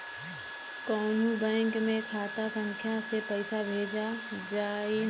कौन्हू बैंक के खाता संख्या से पैसा भेजा जाई न?